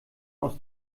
aus